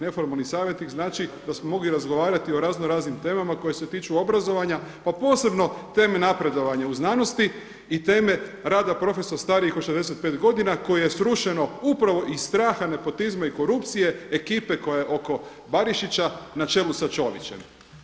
Neformalni savjetnik znači da smo mogli razgovarati o raznoraznim temama koje se tiču obrazovanja pa posebno teme napredovanja u znanosti i teme rada profesora starijih od 65 godina koje je srušeno upravo iz straha nepotizma i korupcije ekipe koja je oko Barišića na čelu sa Čovićem.